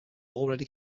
already